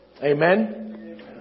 Amen